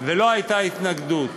ולא הייתה התנגדות.